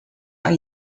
are